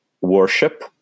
worship